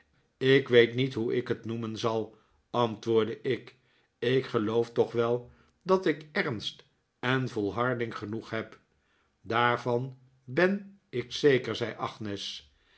ik weet niet hoe ik het noemen zal antwoordde ik ik geloof toch wel dat ik ernst en volharding genoeg heb daarvan ben ik zeker zei agnes